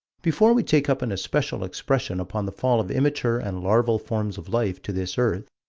before we take up an especial expression upon the fall of immature and larval forms of life to this earth,